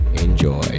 enjoy